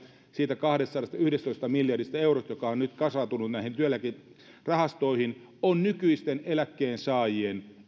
siitä kahdestasadastayhdestätoista miljardista eurosta joka on nyt kasaantunut näihin työeläkerahastoihin on nykyisten eläkkeensaajien